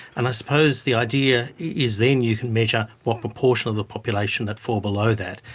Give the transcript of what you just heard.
and i suppose the idea is then you can measure what proportion of the population that fall below that,